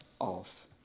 off